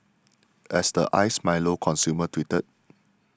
as the Iced Milo consumer tweeted